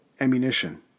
ammunition